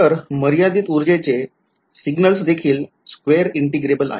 तर मर्यादित ऊर्जाचे चे सिग्नल्स देखील square integrable आहेत